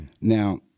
Now